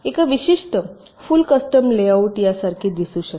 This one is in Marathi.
एक विशिष्ट फुल कस्टम लेआउट यासारखे दिसू शकते